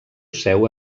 seu